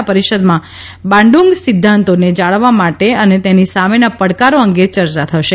આ પરિષદમાં બાન્ડંગ સિદ્ધાંતોને જાળવવા માટે અને તેની સામેના પડકારો અંગે ચર્ચા થશે